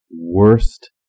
worst